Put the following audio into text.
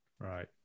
Right